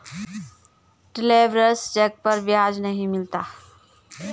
travellers cheque पर ब्याज नहीं मिलता है